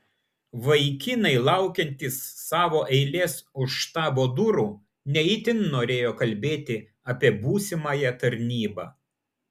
vaikinai laukiantys savo eilės už štabo durų ne itin norėjo kalbėti apie būsimąją tarnybą